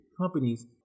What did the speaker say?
companies